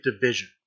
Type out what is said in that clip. division